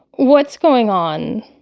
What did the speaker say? what's going on